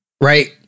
Right